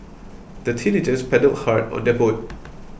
the teenagers paddled hard on their boat